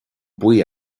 buí